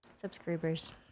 Subscribers